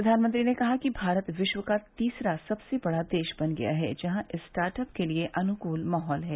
प्रधानमंत्री ने कहा कि भारत विश्व का तीसरा सबसे बड़ा देश बन गया है जहां स्टार्ट अप लिए अनुकूल माहौल है